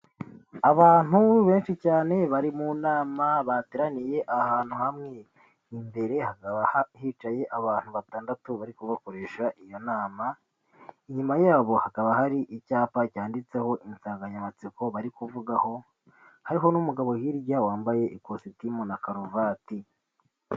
Abantu benshi cyane bari mu nama bateraniye ahantu hamwe imbere hicaye abantu batandatu bari kubakoresha iyo nama inyuma yabo hakaba hari icyapa cyanditseho insanganyamatsiko bari kuvugaho hariho n'umugabo hirya wambaye ikositimu na karuvati.